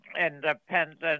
independent